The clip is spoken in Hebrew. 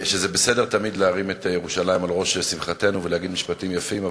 שזה בסדר תמיד להרים את ירושלים על ראש שמחתנו ולהגיד משפטים יפים,